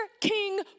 King